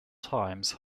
times